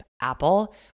apple